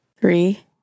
three